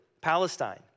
Palestine